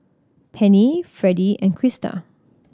Penni Freddy and Krista